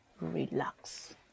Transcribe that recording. Relax